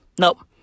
Nope